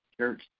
Church